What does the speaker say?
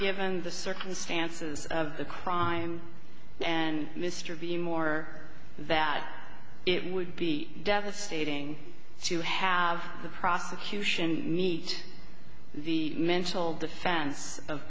given the circumstances of the crime and mr b more that it would be devastating to have the prosecution meet the mental defense of